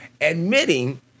admitting